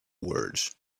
words